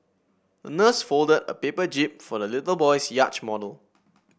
the nurse folded a paper jib for the little boy's yacht model